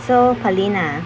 so pauline ah